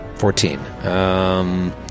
Fourteen